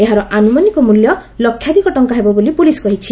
ଏହାର ଆନୁମାନିକ ମିଲ୍ୟ ଲକ୍ଷାଧିକ ଟଙ୍କା ହେବ ବୋଳି ପୁଲିସ୍ କହିଛି